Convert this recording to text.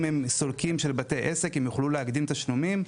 אם הם סולקים של בתי עסק הם יוכלו להקדים תשלומים,